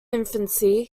infancy